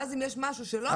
ואז אם יש משהו שלא עובד,